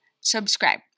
subscribe